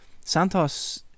Santos